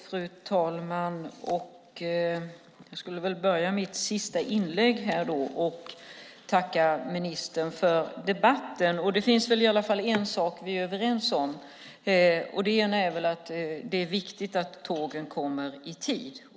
Fru talman! Jag börjar mitt sista inlägg med att tacka ministern för debatten. Det finns några saker som vi är överens om. En är att det är viktigt att tågen kommer i tid.